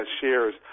shares